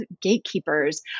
gatekeepers